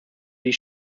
die